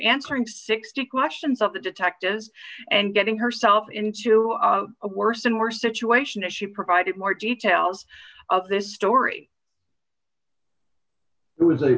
answering sixty questions of the detectives and getting herself into a worse and worse situation as she provided more details of this story it was a